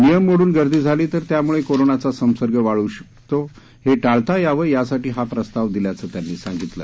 नियम मोडून गर्दी झाली तर त्यामुळे कोरोनाचा संसर्ग वाद्र शकतो हे टाळता यावं यासाठी हा प्रस्ताव दिल्याचं त्यांनी सांगितलं